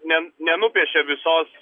ne nenupiešia visos